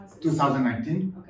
2019